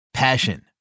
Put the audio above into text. Passion